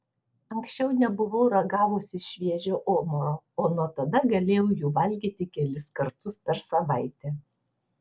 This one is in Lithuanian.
anksčiau nebuvau ragavusi šviežio omaro o nuo tada galėjau jų valgyti kelis kartus per savaitę